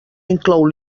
inclou